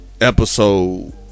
episode